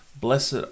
blessed